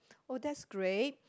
oh that's great